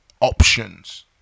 options